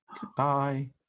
Goodbye